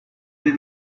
they